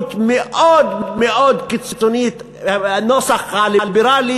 מדיניות מאוד מאוד קיצונית בנוסח הליברלי,